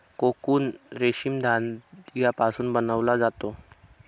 cocoon रेशीम धाग्यापासून बनवला जातो